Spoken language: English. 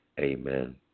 Amen